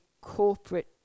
corporate